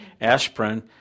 Aspirin